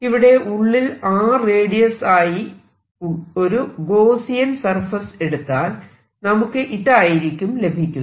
ഇവിടെ ഉള്ളിൽ r radius ആയി ഒരു ഗോസിയൻ സർഫേസ് എടുത്താൽ നമുക്ക് ഇതായിരിക്കും ലഭിക്കുന്നത്